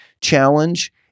challenge